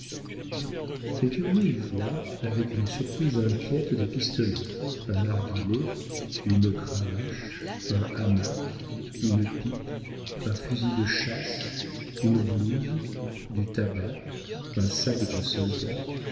les curieux y voient avec une surprise inquiète des pistolets un narghilé une cravache un hamac une pipe un fusil de chasse une blouse du tabac un sac de soldat